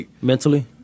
Mentally